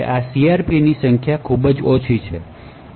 કારણ કે આવા સીઆરપીની સંખ્યા ખૂબ ઓછી છે